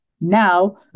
now